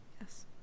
yes